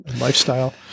Lifestyle